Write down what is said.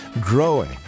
growing